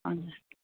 हजुर